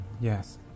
yes